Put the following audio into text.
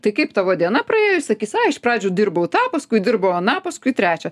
tai kaip tavo diena praėjo jis sakys ai iš pradžių dirbau tą paskui dirbau aną paskui trečią